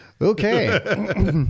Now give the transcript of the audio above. Okay